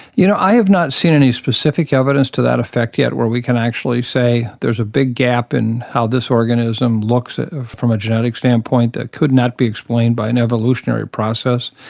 you know, i have not seen any specific evidence to that effect yet where we can actually say there's a big gap in how this organism looks from a genetic standpoint that could not be explained by an evolutionary process,